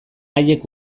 haiek